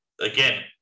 again